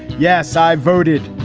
yes, i voted.